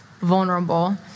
vulnerable